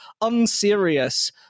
unserious